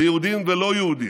ליהודים וללא יהודים,